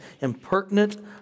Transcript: impertinent